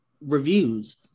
reviews